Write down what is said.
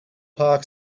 park